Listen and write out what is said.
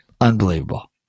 unbelievable